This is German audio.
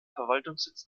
verwaltungssitz